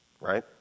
right